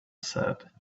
said